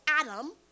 Adam